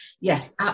yes